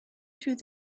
through